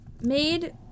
made